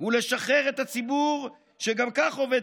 ולשחרר את הציבור, שגם כך עובד